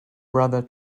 brother